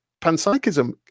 panpsychism